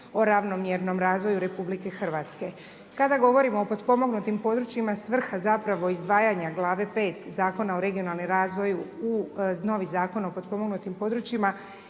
o ravnomjernom razvoju RH. Kada govorimo o potpomognutim područjima, svrha zapravo izdvajanja glave 5 Zakona o regionalnom razvoju u novi Zakon o potpomognutim područjima,